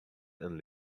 and